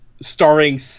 starring